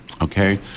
okay